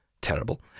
Terrible